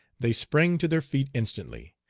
they sprang to their feet instantly,